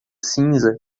cinza